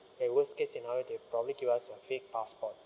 and worst case scenario they'll probably give us a fake passport